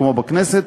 כמו בכנסת,